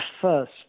first